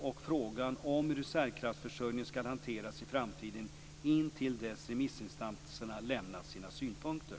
och frågan om hur reservkraftsförsörjningen skall hanteras i framtiden intill dess remissinstanserna lämnat sina synpunkter.